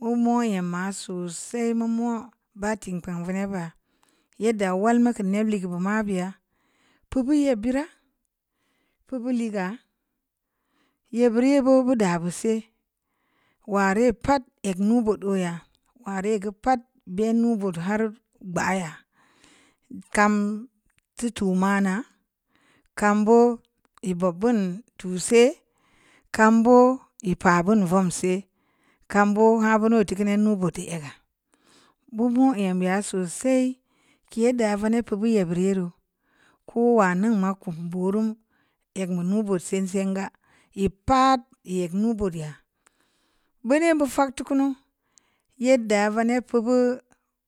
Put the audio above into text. Mu mo’ nyamma sosai, mu mo’ baatii-kpeng veneb baa, yedda wal mu keu ned ligeu be maabe, pibu yebbeura, pibu ligaa, yebbirou yoo boo bu daa bu se, luaa ree pad eg nuu-bood ooyo, ulaa ree geu pad be’ nuu-bood har gbaaya, kam teu tu’ ma’naa, kam boo i bob bin tu see, kam boo ī pa’bin voom see, kam boo haa buneu ī teu kuni naa-bood duu ega, bu mo’ nyam ya sosai, keu yedal veneb pi’bu yebbid doo, koo maa mingn ma kum booru egn beu nuu-bood sen seng ga ī paad ī eg nuu-bood ya, beuneu mu fak teu kuna, yedda vene pibu